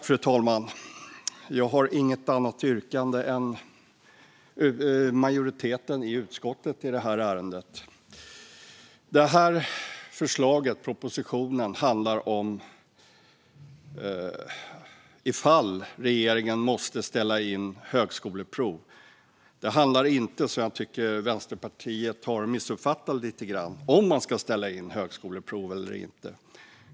Fru talman! Jag har inget annat yrkande än majoriteten i utskottet i detta ärende. Förslaget i propositionen handlar om ifall regeringen måste ställa in högskoleprov. Det handlar inte om, som jag tycker att Vänsterpartiet har missuppfattat lite grann, om man ska ställa in högskoleprov eller inte.